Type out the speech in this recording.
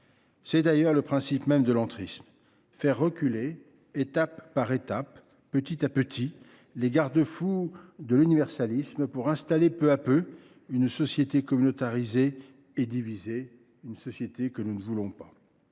C’est d’ailleurs le principe même de l’entrisme : faire reculer, étape par étape, petit à petit, les garde fous de l’universalisme pour installer peu à peu une société communautarisée et divisée, une société dont nous ne voulons pas.